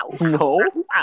No